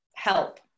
Help